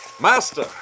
Master